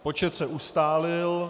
Počet se ustálil.